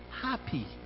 happy